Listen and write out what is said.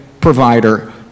provider